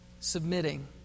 submitting